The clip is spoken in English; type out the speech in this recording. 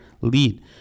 lead